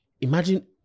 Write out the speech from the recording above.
Imagine